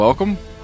Welcome